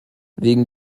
wegen